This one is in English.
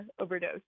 overdose